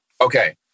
Okay